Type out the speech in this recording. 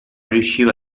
riusciva